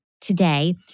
today